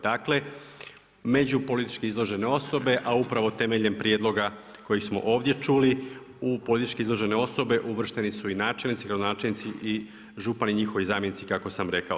Dakle, među političke izložene osobe, a upravo temeljem prijedloga koji smo ovdje čuli u političke izložene osobe, uvršteni su i načelnici, gradonačelnici i župani i njihovi zamjenici, kako sam rekao.